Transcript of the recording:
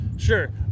Sure